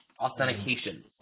authentication